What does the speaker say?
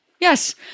Yes